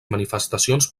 manifestacions